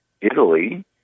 Italy